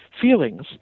feelings